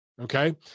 okay